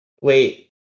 Wait